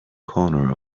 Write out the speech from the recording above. corner